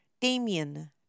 Damien